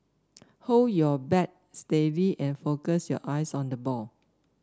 hold your bat steady and focus your eyes on the ball